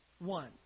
One